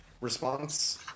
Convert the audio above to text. response